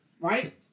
right